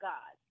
God